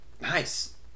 Nice